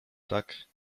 tak